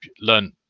Learn